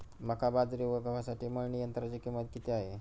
मका, बाजरी व गव्हासाठी मळणी यंत्राची किंमत किती आहे?